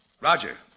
Roger